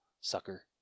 sucker